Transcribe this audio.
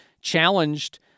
challenged